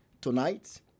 tonight